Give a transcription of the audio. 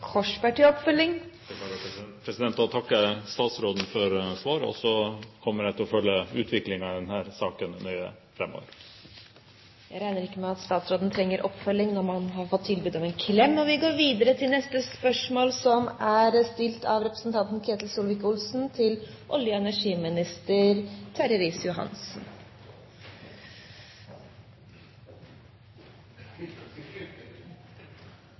Da takker jeg statsråden for svaret, og så kommer jeg til å følge utviklingen i denne saken nøye framover. Presidenten regner ikke med at statsråden trenger noen ytterligere kommentar, når man har fått tilbud om en klem. Vi